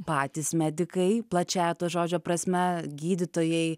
patys medikai plačiąja to žodžio prasme gydytojai